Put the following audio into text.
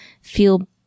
Feel